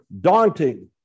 daunting